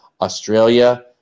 Australia